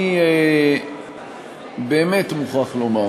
אני באמת מוכרח לומר